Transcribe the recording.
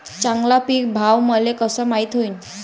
चांगला पीक भाव मले कसा माइत होईन?